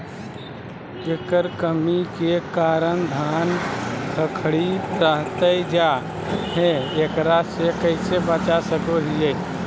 केकर कमी के कारण धान खखड़ी रहतई जा है, एकरा से कैसे बचा सको हियय?